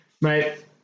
Mate